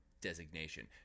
designation